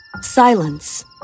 Silence